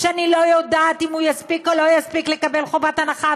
שאני לא יודעת אם הוא יספיק או לא יספיק לקבל פטור מחובת הנחה.